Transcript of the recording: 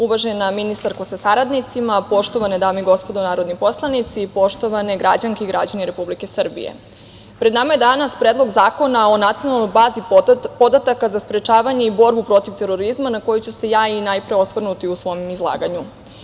Uvažena ministarko sa saradnicima, poštovane dame i gospodo narodni poslanici, poštovane građanke i građani Republike Srbije, pred nama je danas Predlog zakona o Nacionalnoj bazi podataka za sprečavanje i borbu protiv terorizma na koju ću se ja najpre osvrnuti u svom izlaganju.